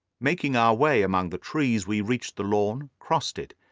making our way among the trees, we reached the lawn, crossed it,